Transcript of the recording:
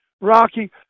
Rocky